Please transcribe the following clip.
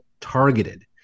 targeted